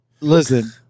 Listen